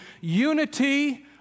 unity